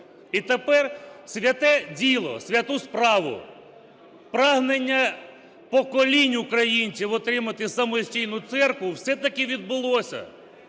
І тепер святе діло, святу справу – прагнення поколінь українців отримати самостійну церкву,- все-таки відбулося.